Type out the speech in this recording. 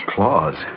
Claws